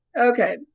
Okay